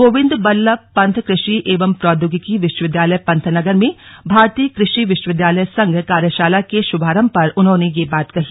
गोबिंद बल्लभ पंत कृषि एवं प्रौद्योगिकी विश्वविद्यालय पंतनगर में भारतीय कृ षि विश्वविद्यालय संघ कार्यशाला के शुभारंभ पर उन्होंने यह बात कही